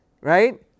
right